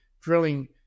drilling